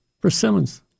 persimmons